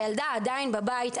הילדה עדיין בבית,